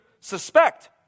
suspect